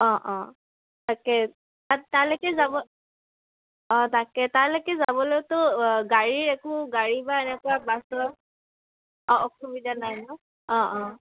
অঁ অঁ তাকে তাত তালৈকে যাব অঁ তাকে তালৈকে যাবলৈতো গাড়ী একো গাড়ী বা এনেকুৱা বাছৰ অঁ অসুবিধা নাই ন অঁ অঁ